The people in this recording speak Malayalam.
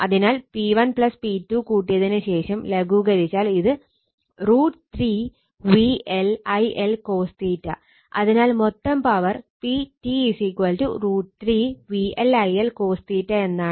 അതിനാൽ P1 P2 കൂട്ടിയതിന് ശേഷം ലഘൂകരിച്ചാൽ ഇത് √ 3 VL IL cos അതിനാൽ മൊത്തം പവർ PT √ 3 VL IL cosഎന്നാണ്